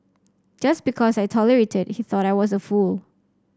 just because I tolerated he thought I was a fool